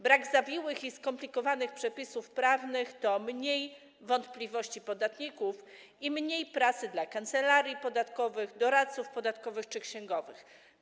Brak zawiłych i skomplikowanych przepisów prawnych to mniej wątpliwości podatników i mniej pracy dla kancelarii podatkowych, doradców podatkowych czy księgowych.